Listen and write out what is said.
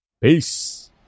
peace